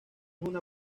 una